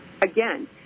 again